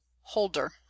Holder